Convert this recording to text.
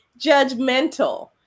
judgmental